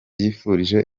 yifurije